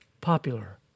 popular